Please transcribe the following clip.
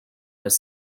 was